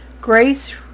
Grace